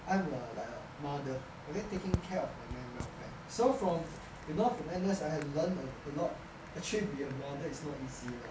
I'm a like a mother okay taking care of my men welfare so from you know from N_S I had learned a lot actually be a mother is not easy lah